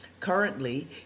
Currently